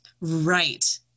Right